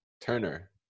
Turner